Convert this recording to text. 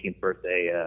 birthday